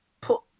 put